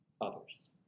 others